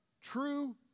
true